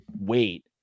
wait